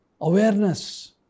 awareness